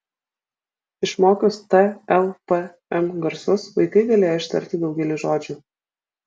išmokius t l p m garsus vaikai galėjo ištarti daugelį žodžių